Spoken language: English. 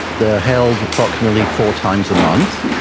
they are held approximately four times a month,